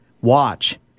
watch